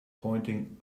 pointing